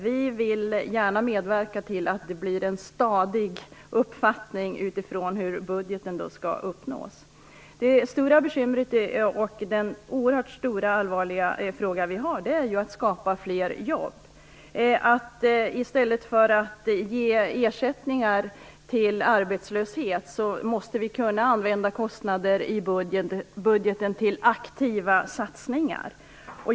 Vi vill gärna medverka till en stadig uppfattning om hur budgeten skall klaras. Det stora och oerhört allvarliga bekymmer som vi har gäller skapandet av fler jobb. I stället för att ge arbetslöshetsersättningar måste vi kunna använda pengar i budgeten till aktiva satsningar.